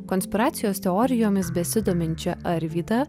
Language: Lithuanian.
konspiracijos teorijomis besidominčią arvydą